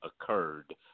occurred